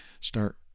start